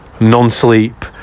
non-sleep